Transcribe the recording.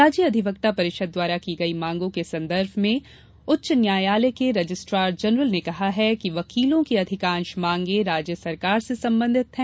राज्य अधिवक्ता परिषद द्वारा की गई मांगों के संदर्भ में उच्च न्यायालय के रजिस्ट्रार जनरल ने कहा है कि वकीलों की अधिकांश मांगे राज्य सरकार से संबंधित है